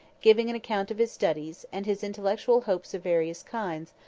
giving an account of his studies, and his intellectual hopes of various kinds,